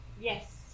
Yes